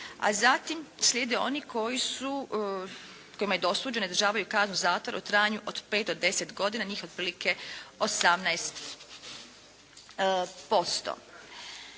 a zatim slijede oni koji su, kojima je dosuđeno da izdržavaju kaznu zatvora u trajanju od 5 do 10 godina, njih otprilike 18%.